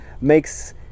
makes